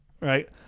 right